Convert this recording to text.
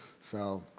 so,